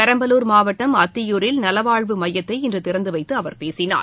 பெரம்பலூர் மாவட்டம் அத்தியூரில் நலவாழ்வு மையத்தை இன்று திறந்து வைத்து அவர் பேசினார்